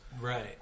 Right